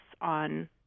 on